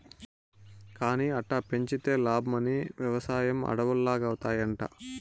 కానీ అట్టా పెంచితే లాబ్మని, వెవసాయం అడవుల్లాగౌతాయంట